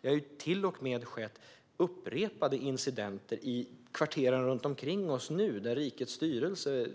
Det har till och med skett upprepade incidenter i kvarteren runt omkring oss här, där rikets styrelse